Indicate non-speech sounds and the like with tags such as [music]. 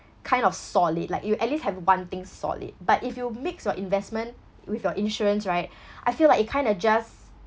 kind of solid like you at least have one thing solid but if you mix your investment with your insurance right [breath] I feel like it kind of just